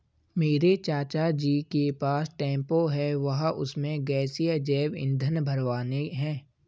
मेरे चाचा जी के पास टेंपो है वह उसमें गैसीय जैव ईंधन भरवाने हैं